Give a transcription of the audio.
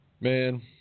Man